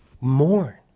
mourn